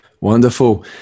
Wonderful